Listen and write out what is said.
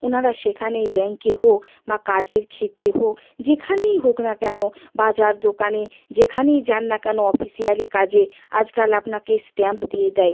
ওনারা সেখানে ব্যাংকে হোক বা কাজের ক্ষেত্রে হোক যেখানেই হোক না কেন বাজার দোকানে যেখানেই যান না কেন অফিসিয়ালি কাজে আজকাল আপনাকে স্ট্যাম্প দিয়ে দেয়